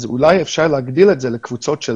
אז אולי אפשר להגדיל את זה לקבוצות של